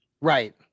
Right